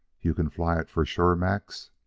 you can fly it for sure, max?